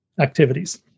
activities